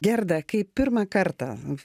gerda kaip pirmą kartą